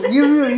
you were you